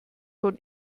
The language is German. von